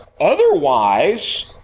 otherwise